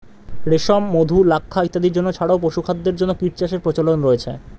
রেশম, মধু, লাক্ষা ইত্যাদির জন্য ছাড়াও পশুখাদ্যের জন্য কীটচাষের প্রচলন রয়েছে